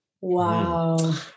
wow